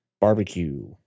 barbecue